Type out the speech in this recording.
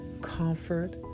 comfort